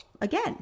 again